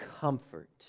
comfort